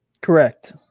correct